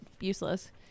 useless